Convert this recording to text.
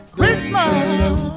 Christmas